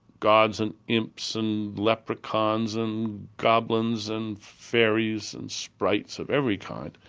gods, and imps, and leprechauns, and goblins, and fairies, and sprites of every kind.